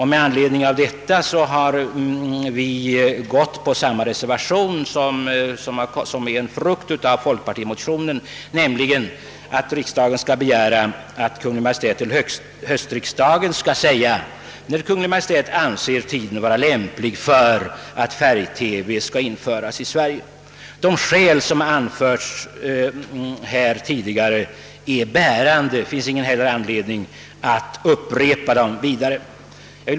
Med anledning härav har vi anslutit oss till den reservation som är en frukt av folkpartimotionen och i vilken yrkas, att riksdagen skall begära att Kungl. Maj:t vid höstriksdagen ger besked om när Kungl. Maj:t anser tiden vara lämplig att införa färgtelevision i Sverige. De skäl som tidigare anförts är bärande. Det finns ingen anledning att upprepa dem här.